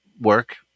work